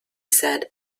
said